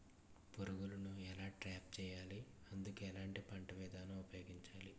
పురుగులను ఎలా ట్రాప్ చేయాలి? అందుకు ఎలాంటి పంట విధానం ఉపయోగించాలీ?